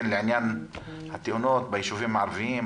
לעניין התאונות ביישובים הערביים,